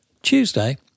Tuesday